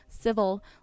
civil